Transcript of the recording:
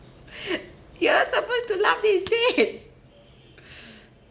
you aren't supposed to laugh they said